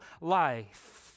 life